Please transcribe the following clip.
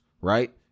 right